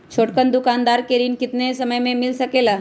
छोटकन दुकानदार के ऋण कितने समय मे मिल सकेला?